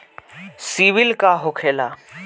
सीबील का होखेला?